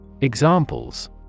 Examples